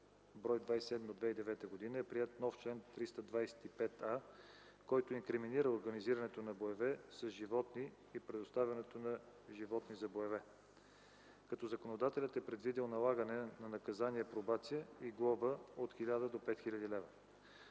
от 2009 г., е приет нов чл. 325а, който инкриминира организирането на боеве с животни и предоставянето на животни за боеве, като законодателят е предвидил налагане на наказание пробация и глоба от 1000 до 5000 лв.